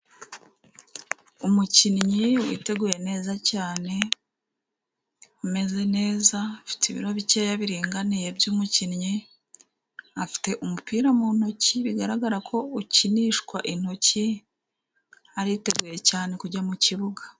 Umukinnyi witeguye neza cyane, umeze neza, afite ibiro bikeya biringaniye by'umukinnyi, afite umupira mu ntoki bigaragara ko ukinishwa intoki, ariteguye cyane kujya mu kibuga.